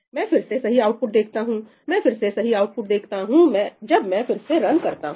मैं फिर से सही आउटपुट देखता हूं मैं फिर से सही आउटपुट देखता हूं जब मैं फिर से रन करता हूं